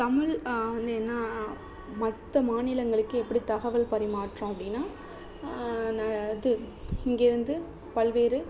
தமிழ் வந்து என்ன மற்ற மாநிலங்களுக்கு எப்படி தகவல் பரிமாற்றம் அப்படின்னா ந அது இங்கேயிருந்து பல்வேறு